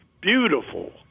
beautiful